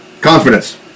confidence